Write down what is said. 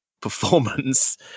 performance